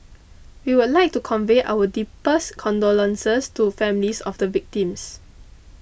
we would like to convey our deepest condolences to families of the victims